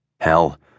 Hell